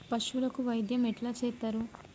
పశువులకు వైద్యం ఎట్లా చేత్తరు?